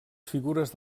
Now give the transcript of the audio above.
figures